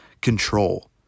control